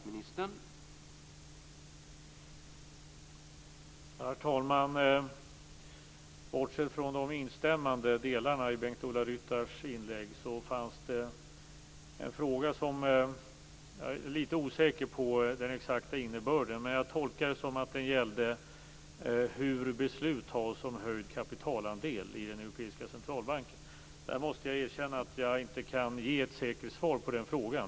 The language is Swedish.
Herr talman! Bortsett från de instämmande delarna i Bengt-Ola Ryttars inlägg fanns det en fråga som jag är litet osäker på den exakta innebörden i. Men jag tolkar det som att den gällde hur beslut om höjd kapitalandel fattas i den europeiska centralbanken. Jag måste erkänna att jag inte kan ge ett säkert svar på den frågan.